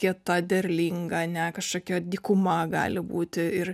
kieta derlinga ane kažkokia dykuma gali būti ir